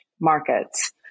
markets